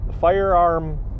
Firearm